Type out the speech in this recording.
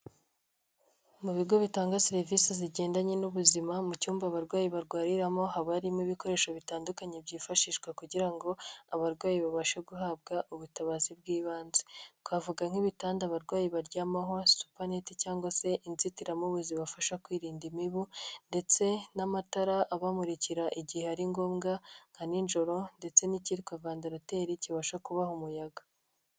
Mu bigo bitanga serivisi zigendanye n'ubuzima mu cyumba abarwayi barwariramo haba harimo ibikoresho bitandukanye byifashishwa kugira ngo abarwayi babashe guhabwa ubutabazi bw'ibanze. Twavuga nk'ibitanda abarwayi baryamaho, supaneti cyangwa se inzitiramubu zibafasha kwirinda imibu ndetse n'amatara abamurikira igihe ari ngombwa nka nijoro ndetse n'icyitwa vandalateri kibasha kubaha umuyaga.